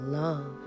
love